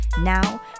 Now